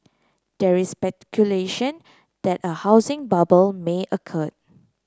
there is speculation that a housing bubble may occur